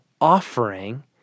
offering